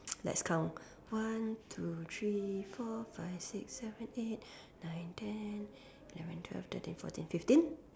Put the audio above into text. let's count one two three four five six seven eight nine ten eleven twelve thirteen fourteen fifteen